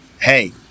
Hey